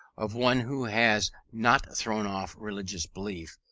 of one who has not thrown off religious belief,